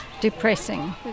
depressing